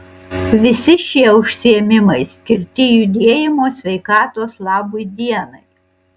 visi šie užsiėmimai skirti judėjimo sveikatos labui dienai